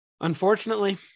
Unfortunately